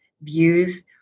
views